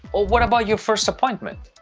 what about your first appointment?